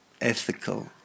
ethical